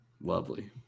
Lovely